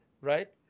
right